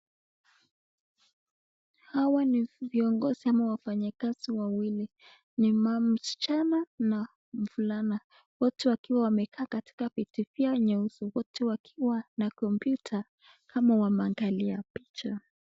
Hawa ni viongozi au wafanyikazi wawili. Ni msichana na mvulana wote wamekaa kwa viti vyao nyeusi. Wote wakiwa na kompyuta kama wameangalia picha.